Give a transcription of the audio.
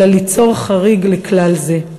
אלא ליצור חריג לכלל זה.